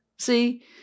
See